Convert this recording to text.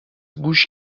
گوش